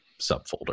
subfolder